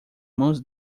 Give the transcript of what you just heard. mãos